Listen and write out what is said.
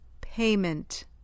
payment